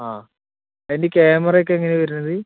ആ അതിൻ്റെ ക്യാമറയൊക്കെ എങ്ങനെയാണ് വരുന്നത്